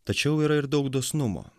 tačiau yra ir daug dosnumo